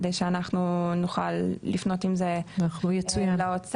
כדי שאנחנו נוכל לפנות עם זה לאוצר.